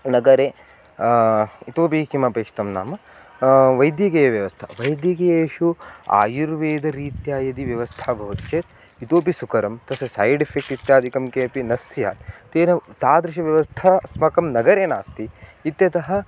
नगरे इतोपि किमपेक्षितं नाम वैद्यकीयव्यवस्था वैद्यकीयेषु आयुर्वेदरीत्या यदि व्यवस्था भवति चेत् इतोपि सुकरं तस्य सैड् एफ़ेक्ट् इत्यादिकं केपि न स्यात् तेन तादृशव्यवस्था अस्माकं नगरे नास्ति इत्यतः